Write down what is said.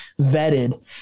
vetted